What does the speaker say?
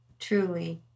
truly